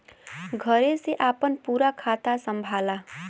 घरे से आपन पूरा खाता संभाला